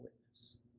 witness